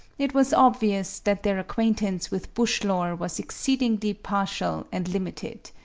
it was obvious that their acquaintance with bush lore was exceedingly partial and limited.